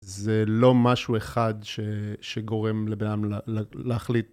זה לא משהו אחד שגורם לבן אדם להחליט.